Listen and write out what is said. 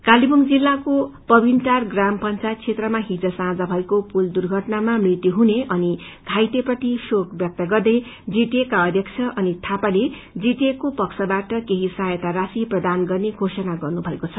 कालेबुङ जिल्लाको पविनटार ग्राम पंचायत क्षेत्रमा हिज साँझ भएको पूल दुर्घटनामा मृत्यु हुने अनि घाइते प्रति शोक ब्यक्त गर्दै जीटीए का अध्यक्ष अनित थापाले जीटीए को पक्षबाट केही सहायता राशी प्रदान गर्ने घोषणा गर्नु भएको छ